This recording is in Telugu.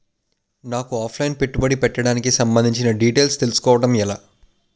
నాకు ఆఫ్ లైన్ పెట్టుబడి పెట్టడానికి సంబందించిన డీటైల్స్ తెలుసుకోవడం ఎలా?